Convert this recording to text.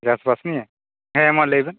ᱪᱟᱥᱵᱟᱥ ᱱᱤᱭᱮ ᱦᱮᱸ ᱢᱟ ᱞᱟᱹᱭᱵᱮᱱ